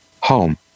home